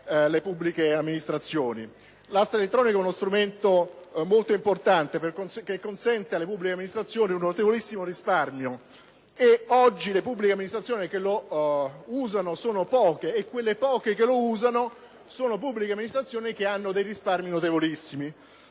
L'asta elettronica è uno strumento molto importante, che consente alle pubbliche amministrazioni un notevolissimo risparmio. Oggi, le pubbliche amministrazioni che lo usano sono poche, ma quelle poche che lo usano ottengono risparmi notevolissimi.